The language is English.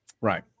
Right